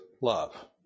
love